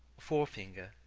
forefinger,